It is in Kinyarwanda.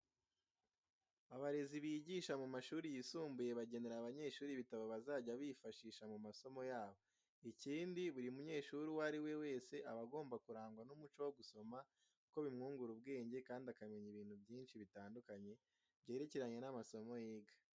Abarezi bigisha mu mashuri yisumbuye bagenera abanyeshuri ibitabo bizajya bibafasha mu masomo yabo. Ikindi, buri munyeshuri uwo ari we wese aba agomba kurangwa n'umuco wo gusoma kuko bimwungura ubwenge, kandi akamenya ibintu byinshi bitandukanye byerekeranye n'amasomo yiga.